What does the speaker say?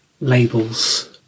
labels